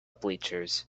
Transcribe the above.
bleachers